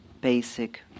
basic